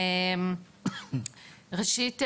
ראשית,